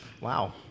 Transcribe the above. Wow